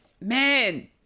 Man